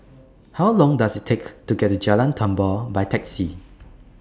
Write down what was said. How Long Does IT Take to get to Jalan Tambur By Taxi